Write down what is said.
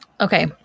Okay